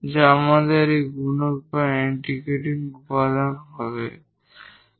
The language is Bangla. যা আমাদের এই গুণক বা ইন্টিগ্রেটিং উপাদান হিসাবে প্রয়োজন